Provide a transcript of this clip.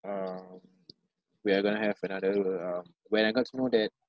um we are going to have another um when I got to know that